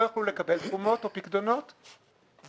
יוכלו לקבל תרומות או פיקדונות ובנוסף,